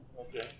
Okay